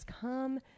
Come